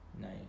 nice